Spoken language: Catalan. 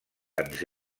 ens